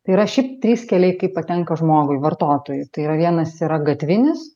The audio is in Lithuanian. tai yra šiaip trys keliai kaip patenka žmogui vartotojui tai yra vienas yra gatvinis